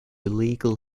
illegal